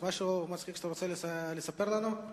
יש משהו מצחיק שאתה רוצה לספר לנו?